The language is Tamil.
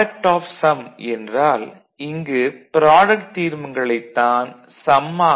ப்ராடக்ட் ஆப் சம் என்றால் இங்கு ப்ராடக்ட் தீர்மங்களைத் தான் சம் ஆகக் கொண்டுள்ளோம்